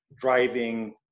driving